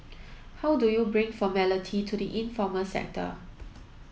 how do you bring formality to the informal sector